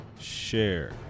Share